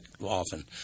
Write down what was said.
often